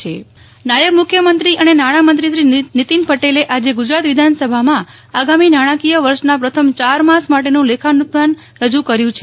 નેહ્લ ઠક્કર અંદાજપત્ર સત્ર નાયબ મુખ્યમંત્રી અને નાણાંમંત્રીશ્રી નીતીન પટેલે આજે ગુજરાત વિધાનસભામાં આગામી નાણાકીય વર્ષના પ્રથમ ચાર માસ માટેનું લેખાનુદાન રજૂ કર્યું છે